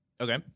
Okay